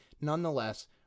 nonetheless